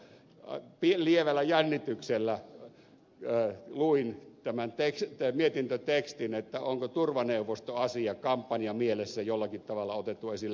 lievällä jännityksellä luin tämän mietintötekstin onko turvaneuvostoasia kampanjamielessä jollakin tavalla otettu esille